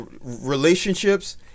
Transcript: relationships